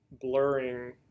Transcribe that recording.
blurring